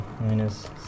minus